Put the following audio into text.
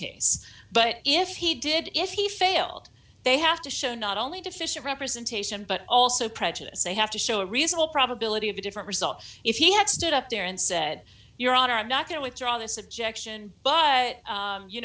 case but if he did if he failed they have to show not only deficient representation but also prejudice they have to show a reasonable probability of a different result if he had stood up there and said your honor i'm not going to withdraw this objection but